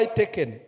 taken